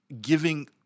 Giving